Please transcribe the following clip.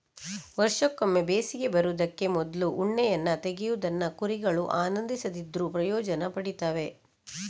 ವರ್ಷಕ್ಕೊಮ್ಮೆ ಬೇಸಿಗೆ ಬರುದಕ್ಕೆ ಮೊದ್ಲು ಉಣ್ಣೆಯನ್ನ ತೆಗೆಯುವುದನ್ನ ಕುರಿಗಳು ಆನಂದಿಸದಿದ್ರೂ ಪ್ರಯೋಜನ ಪಡೀತವೆ